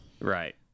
right